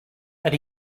that